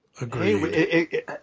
Agreed